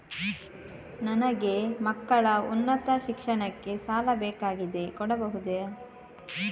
ನನಗೆ ಮಕ್ಕಳ ಉನ್ನತ ಶಿಕ್ಷಣಕ್ಕೆ ಸಾಲ ಬೇಕಾಗಿದೆ ಕೊಡಬಹುದ?